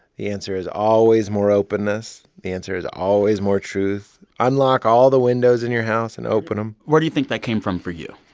the answer is always more openness. the answer is always more truth. unlock all the windows in your house and open them where do you think that came from for you?